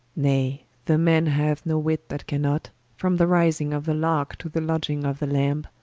nay, the man hath no wit, that cannot from the rising of the larke to the lodging of the lambe,